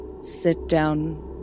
sit-down